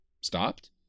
Stopped